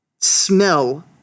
smell